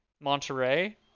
monterey